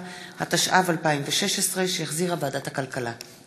7), התשע"ו 2016, שהחזירה ועדת הכלכלה.